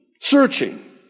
searching